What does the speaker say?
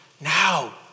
now